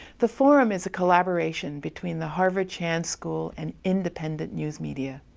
the forum is a collaboration between the harvard chan school and independent news media.